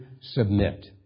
submit